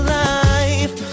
life